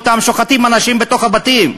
שוחטים אנשים בתוך הבתים,